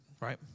right